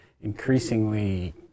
increasingly